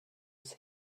was